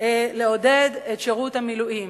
לעודד את שירות המילואים.